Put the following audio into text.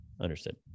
understood